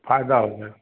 आ जाओगे